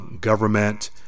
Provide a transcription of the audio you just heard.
government